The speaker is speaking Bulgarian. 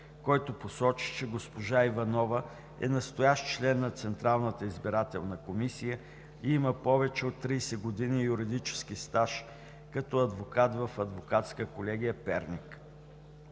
който посочи, че госпожа Иванова е настоящ член на Централната избирателна комисия и има повече от 30 години юридически стаж като адвокат в Адвокатска колегия – Перник.